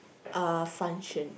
uh function